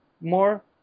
more